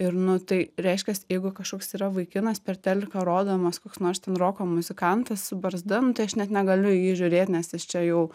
ir nu tai reiškias jeigu kažkoks yra vaikinas per teliką rodomas koks nors ten roko muzikantas su barzda nu tai aš net negaliu į jį žiūrėt nes jis čia jau